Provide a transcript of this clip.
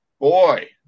Boy